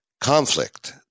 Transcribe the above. Conflict